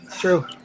true